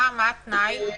מה התנאי?